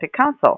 Council